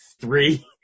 three